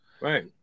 Right